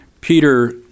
Peter